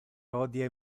hodie